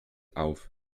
auf